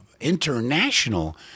International